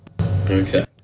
okay